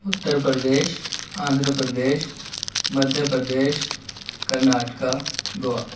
Uttar Pradesh Andhra Pradesh Madhya Pradesh Karnataka Goa